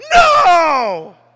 no